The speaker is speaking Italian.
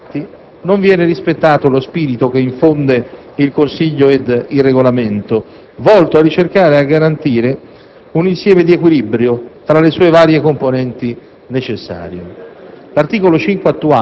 Allo stato attuale dei fatti, non viene rispettato lo spirito che infonde il Consiglio ed il Regolamento, volto a ricercare e a garantire un insieme di equilibrio tra le sue varie componenti necessarie.